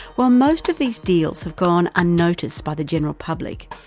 while most of these deals have gone unnoticed by the general public,